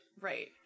right